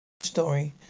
Story